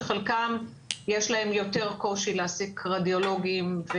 שלחלקם יש יותר קושי להעסיק רדיולוגים.